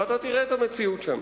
ואתה תראה את המציאות שם.